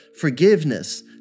forgiveness